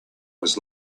was